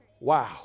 Wow